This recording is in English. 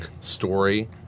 story